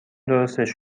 درستش